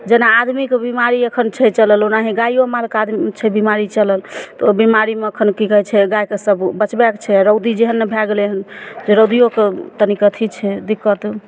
जेना आदमीके बीमारी एखन छै चलल ओनाही गाइयो मालके आदमी ई छै चलल तऽ ओ बीमारीमे एखन की कहय छै गायके सब बचबयके छै रौदी जेहन नहि भए गेलय हन से रौदियोके तनिक अथी छै दिक्कत